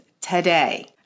today